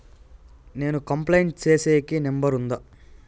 నేను కంప్లైంట్ సేసేకి నెంబర్ ఉందా?